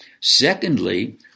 Secondly